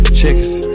chickens